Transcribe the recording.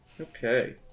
Okay